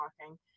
walking